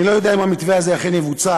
אני לא יודע אם המתווה הזה אכן יבוצע,